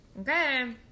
Okay